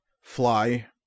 fly